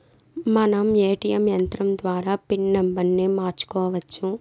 మనం ఏ.టీ.యం యంత్రం ద్వారా పిన్ నంబర్ని మార్చుకోవచ్చు